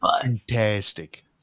fantastic